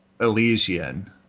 Elysian